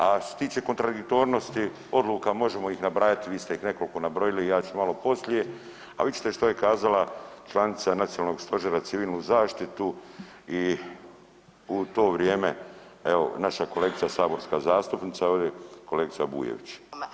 A što se tiče kontradiktornosti odluka možemo ih nabrajati, vi ste ih nekoliko nabrojili, ja ću malo poslije, a vidjet ćete što je kazala članica Nacionalnog stožera Civilne zaštite u to vrijeme evo naša kolegica saborska zastupnica ovdje kolegica Bujević.